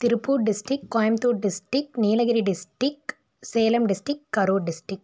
Tiruppur district Coimbatore district Nilgiri district Salem district Karur district